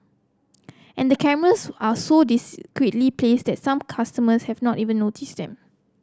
and the cameras are so discreetly placed that some customers have not even notice them